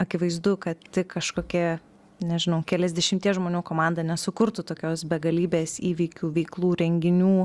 akivaizdu kad ty kažkokie nežinau keliasdešimties žmonių komanda nesukurtų tokios begalybės įvykių veiklų renginių